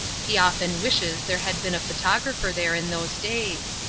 he often wishes there had been a photographer there in those days,